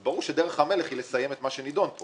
אז ברור שדרך המלך היא לסיים את מה שנדון פה